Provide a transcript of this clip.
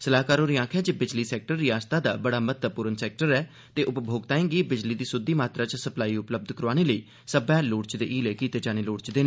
सलाहकार होरें आक्खेया जे बिजली सैक्टर रियासत दा बड़ा महत्वपूर्ण सैक्टर ऐ ते उपभोक्ताएं गी बिजली दी सुद्दी मात्रा च सप्लाई उपलब्ध करोआने लेई सब्बै लोड़चदे हीलें कीते जाने चाहिदें